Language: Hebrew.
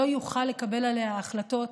לא יוכל לקבל עליה החלטות.